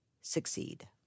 succeed